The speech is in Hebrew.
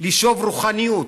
לשאוב רוחניות.